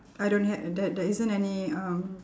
I don't have that there isn't any um